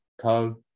Co